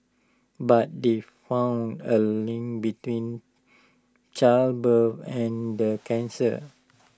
but they found A link between childbirth and the cancer